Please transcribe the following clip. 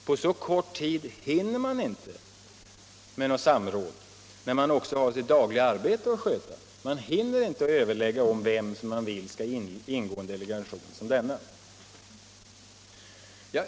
På så kort tid hinner man inte med något samråd när man också har sitt dagliga arbete att sköta. Man hinner inte överlägga om vem som skall ingå i en delegation som denna.